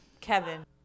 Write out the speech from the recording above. Kevin